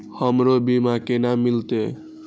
हमरो बीमा केना मिलते?